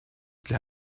для